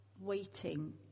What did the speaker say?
waiting